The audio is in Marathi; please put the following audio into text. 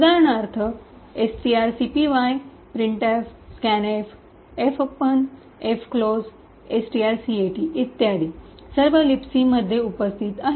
उदाहरणार्थ strcpy printf scanf fopen fclose strcat इत्यादी सर्व लिबिकमध्ये उपस्थित आहेत